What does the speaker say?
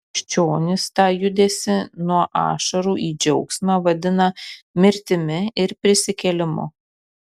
krikščionys tą judesį nuo ašarų į džiaugsmą vadina mirtimi ir prisikėlimu